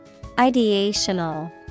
Ideational